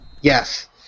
Yes